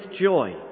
joy